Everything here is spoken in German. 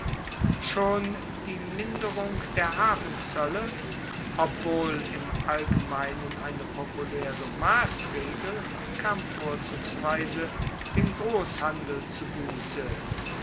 schon die minderung der hafenzoelle obwohl im allgemeinen eine populaere massregel kam vorzugsweise dem grosshandel zugute